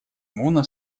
муна